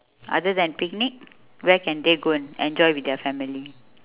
other than picnic where can they go and enjoy with their family